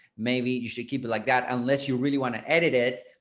maybe you should keep it like that unless you really want to edit it.